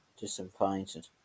disappointed